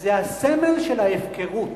זה הסמל של ההפקרות.